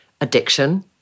addiction